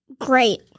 Great